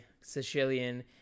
Sicilian